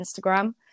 Instagram